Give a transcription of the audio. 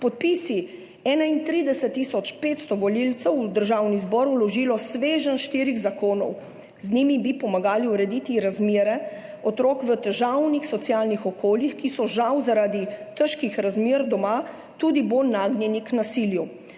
s podpisi 31 tiso 500 volivcev v Državni zbor vložilo sveženj štirih zakonov. Z njimi bi pomagali urediti razmere otrok v težavnih socialnih okoljih, ki so žal zaradi težkih razmer doma tudi bolj nagnjeni k nasilju.